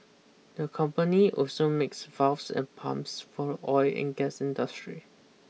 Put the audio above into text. the company also makes valves and pumps for the oil and gas industry